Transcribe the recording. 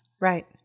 right